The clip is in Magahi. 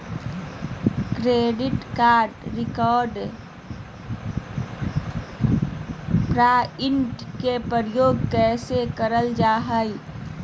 क्रैडिट कार्ड रिवॉर्ड प्वाइंट के प्रयोग कैसे करल जा है?